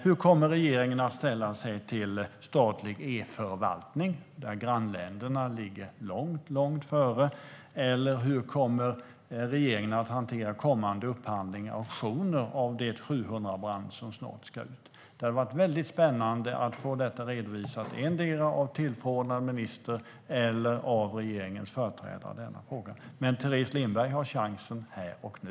Hur kommer regeringen att ställa sig till statlig e-förvaltning, där grannländerna ligger långt före? Hur kommer regeringen att hantera kommande upphandlingar och auktioner av det 700-band som snart ska ut? Det hade varit väldigt spännande att få detta redovisat, endera av tillförordnad minister eller av regeringens företrädare i denna fråga. Men Teres Lindberg har chansen här och nu.